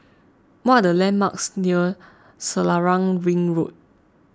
what are the landmarks near Selarang Ring Road